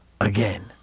again